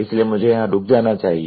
इसलिए मुझे यहाँ रुक जाना चाहिए